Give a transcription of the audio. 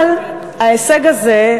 אבל ההישג הזה,